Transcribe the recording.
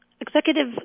executive